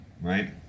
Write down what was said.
right